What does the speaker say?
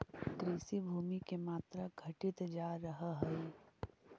कृषिभूमि के मात्रा घटित जा रहऽ हई